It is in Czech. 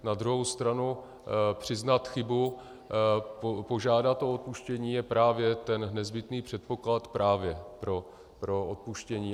Na druhou stranu přiznat chybu, požádat o odpuštění je právě ten nezbytný předpoklad právě pro odpuštění.